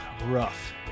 rough